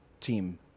team